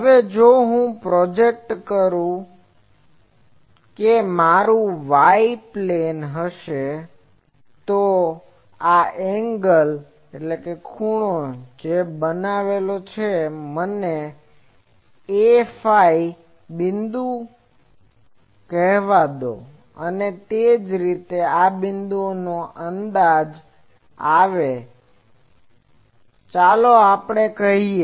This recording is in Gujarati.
હવે જો હું પ્રોજેક્ટ કરું છું કે આ મારું y પ્લેન હશે તો આ એંગલ ખૂણોangle જે બનાવેલ છે તે મને a φ બિંદુ કહેવા દો અને તે જ રીતે જો આ બિંદુનો અંદાજ આવે તો ચાલો આપણે અહીં કહીએ